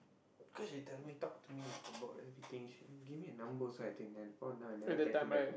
cause she tell me talk to me about everything she give me her number so I take then at the point of time I never text her back